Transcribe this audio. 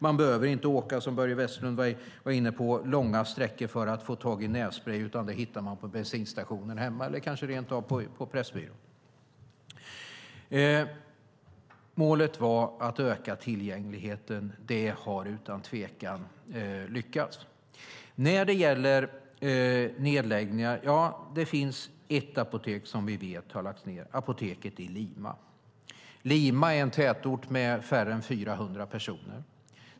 Som Börje Vestlund var inne på behöver man inte åka långa sträckor för att få tag i nässprej, utan det hittar man på bensinstationen hemma, eller kanske rent av på Pressbyrån. Målet var att öka tillgängligheten. Det har utan tvekan lyckats. När det gäller nedläggningar finns det ett apotek som vi vet har lagts ned - apoteket i Lima. Lima är en tätort med färre än 400 personer.